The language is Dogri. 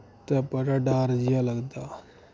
ते बड़ा डर जेह् लगदा